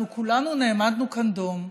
אנחנו כולנו נעמדנו כאן דום,